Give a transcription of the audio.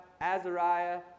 Azariah